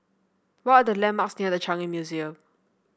what are the landmarks near The Changi Museum